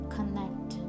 Connect